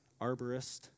arborist